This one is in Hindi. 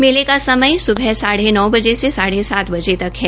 मेले का समय सुबह साढ़े नौ बजे से शाम साढ़े सात बजे तक है